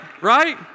Right